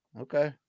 okay